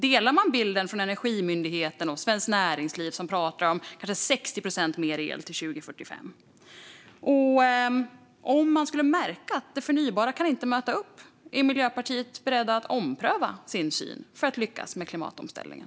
Håller man med Energimyndigheten och Svenskt Näringsliv, som pratar om kanske 60 procent mer el till 2045? Och om man skulle märka att det förnybara inte kan möta upp, är man då från Miljöpartiets sida beredd att ompröva sin syn för att lyckas med klimatomställningen?